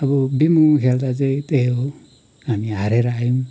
अब बिम्बोङमा खेल्दा चाहिँ त्यही हो हामी हारेर आयौँ